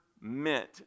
meant